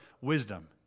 wisdom